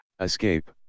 escape